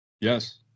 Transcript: Yes